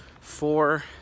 four